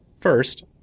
First